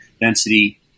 density